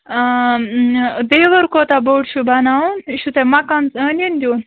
آ دیوار کوتاہ بوٚڈ چھُ بَناوُن یہِ چھُو تۄہہِ مَکانس أنٛدۍ أنٛدۍ دیُن